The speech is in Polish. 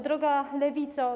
Droga Lewico!